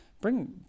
Bring